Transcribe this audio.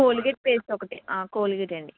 Colgate paste ఒకటి Colgate అండి